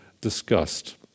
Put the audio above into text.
discussed